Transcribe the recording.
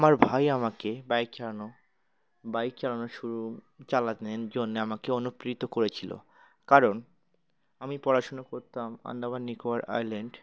আমার ভাই আমাকে বাইক চালানো বাইক চালানো শুরু চালানের জন্যে আমাকে অনুপ্রেরিত করেছিলো কারণ আমি পড়াশুনা করতাম আন্দামান নিকোয়ার আইল্যান্ড